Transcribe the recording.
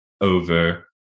over